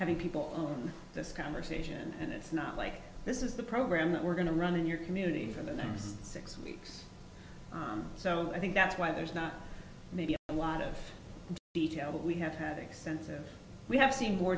having people on this conversation and it's not like this is the program that we're going to run in your community for the now six weeks so i think that's why there's not maybe a lot of detail but we have had extensive we have seen more